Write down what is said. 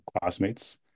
classmates